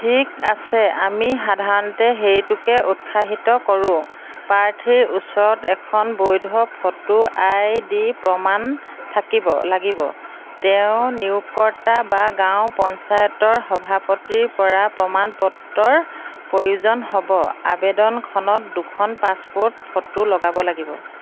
ঠিক আছে আমি সাধাৰণতে সেইটোকে উৎসাহিত কৰোঁ প্ৰাৰ্থীৰ ওচৰত এখন বৈধ ফটো আই ডি প্ৰমাণ থাকিব লাগিব তেওঁৰ নিয়োগকৰ্তা বা গাঁও পঞ্চায়তৰ সভাপতিৰপৰা প্ৰমাণপত্ৰৰ প্ৰয়োজন হ'ব আৱেদনখনত দুখন পাছপোৰ্ট ফটো লগাব লাগিব